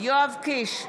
יואב קיש,